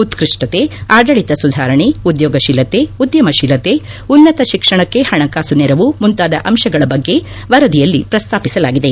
ಉತ್ಪಷ್ಟತೆ ಆಡಳಿತ ಸುಧಾರಣೆ ಉದ್ಯೋಗಶೀಲತೆ ಉದ್ಯಮಶೀಲತೆ ಉನ್ನತ ಶಿಕ್ಷಣಕ್ಕೆ ಪಣಕಾಸು ನೆರವು ಮುಂತಾದ ಅಂಶಗಳ ಬಗ್ಗೆ ವರದಿಯಲ್ಲಿ ಪ್ರಸ್ತಾಪಿಸಲಾಗಿದೆ